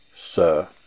sir